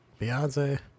Beyonce